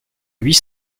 huit